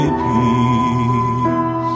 peace